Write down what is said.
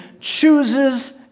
chooses